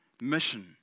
mission